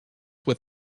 with